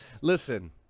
listen